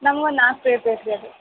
ನಮ್ಗೊಂದು ನಾಲ್ಕು ಪ್ಲೇಟ್ ಬೇಕು ರೀ ಅದು